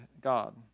God